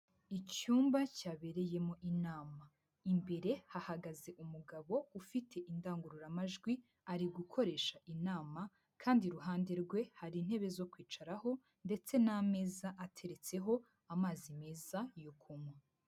Icyumba cyabereyemo inama. Imbere hahagaze umugabo ufite indangururamajwi, ari gukoresha inama kandi iruhande rwe hari intebe zo kwicaraho ndetse n'ameza ateretseho amazi meza yo kunywa.